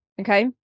Okay